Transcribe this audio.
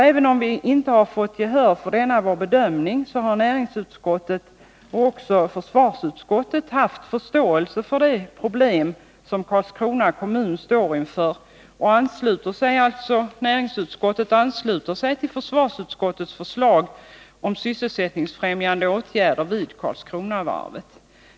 Även om vi inte har fått gehör för denna vår bedömning har näringsutskottet, liksom också försvarsutskottet, haft förståelse för det problem som Karlskrona kommun står inför. Näringsutskottet har därför anslutit sig till försvarsutskottets förslag om sysselsättningsfrämjande åtgärder vid Karlskronavarvet.